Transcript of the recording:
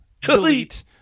delete